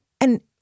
And-